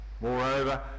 Moreover